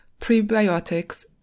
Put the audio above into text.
prebiotics